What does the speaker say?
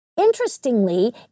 Interestingly